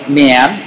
man